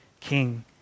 king